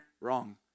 wrong